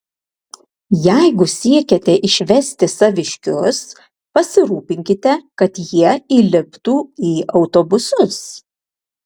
jeigu siekiate išvesti saviškius pasirūpinkite kad jie įliptų į autobusus